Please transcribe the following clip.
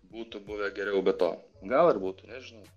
būtų buvę geriau be to gal ir būtų nežinau